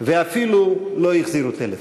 ואפילו לא החזירו טלפון.